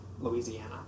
Louisiana